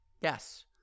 Yes